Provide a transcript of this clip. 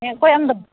ᱦᱮᱸ ᱚᱠᱚᱭ ᱟᱢ ᱫᱚ